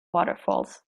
waterfalls